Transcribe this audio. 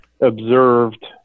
observed